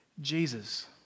Jesus